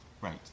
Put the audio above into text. right